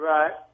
Right